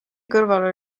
kõrvale